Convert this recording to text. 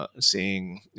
seeing